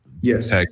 Yes